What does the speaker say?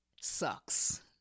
sucks